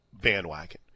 bandwagon